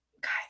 guys